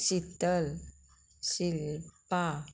Shital Shilpa